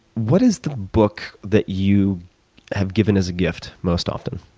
what is the book that you have given as a gift most often,